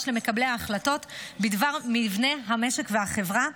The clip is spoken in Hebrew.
למקבלי ההחלטות בדבר מבנה המשק והחברה,